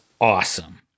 awesome